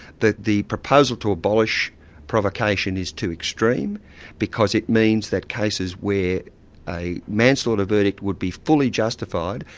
that the proposal to abolish provocation is too extreme because it means that cases where a manslaughter verdict would be fully justified,